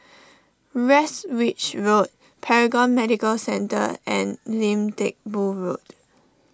Westridge Road Paragon Medical Centre and Lim Teck Boo Road